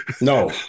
No